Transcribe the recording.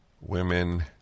Women